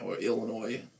Illinois